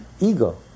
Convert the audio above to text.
ego